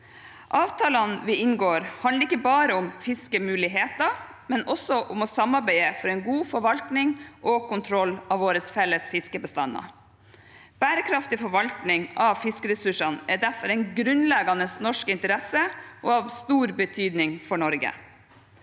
Avtalene vi inngår, handler ikke bare om fiskemuligheter, men også om å samarbeide for en god forvaltning og kontroll av våre felles fiskebestander. Bærekraftig forvaltning av fiskeressursene er derfor en grunnleggende norsk interesse og av stor betydning for Norge.